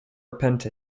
repent